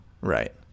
Right